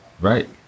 Right